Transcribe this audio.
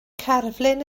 cerflun